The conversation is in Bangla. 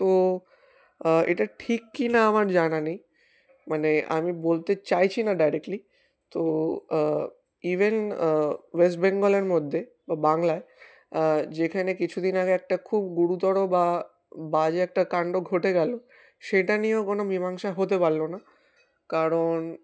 তো এটা ঠিক কিনা আমার জানা নেই মানে আমি বলতে চাইছি না ডাইরেক্টলি তো ইভেন ওয়েস্ট বেঙ্গলের মধ্যে বা বাংলায় যেখানে কিছুদিন আগে একটা খুব গুরুতর বা বাজে একটা কাণ্ড ঘটে গেলো সেটা নিয়েও কোনো মীমাংসা হতে পারলো না কারণ